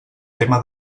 tema